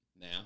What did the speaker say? Now